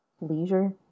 leisure